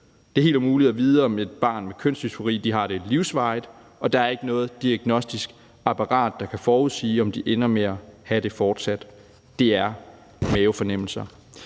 Det er helt umuligt at vide, om et barn med kønsdysfori har det livsvarigt, og der er ikke noget diagnostisk apparat, der kan forudsige, om de ender med fortsat at have det. Det er mavefornemmelser.